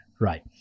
right